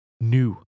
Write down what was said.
new